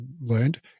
learned